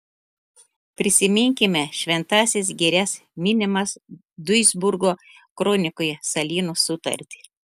prisiminkime šventąsias girias minimas duisburgo kronikoje salyno sutartį